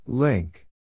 Link